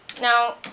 now